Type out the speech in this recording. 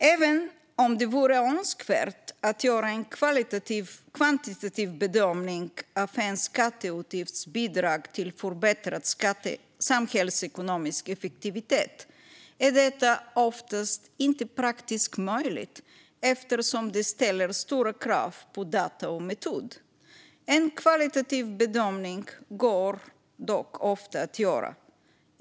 Även om det vore önskvärt att göra en kvantitativ bedömning av en skatteutgifts bidrag till förbättrad samhällsekonomisk effektivitet är detta oftast inte praktiskt möjligt eftersom det ställer stora krav på data och metod. En kvalitativ bedömning går dock ofta att göra.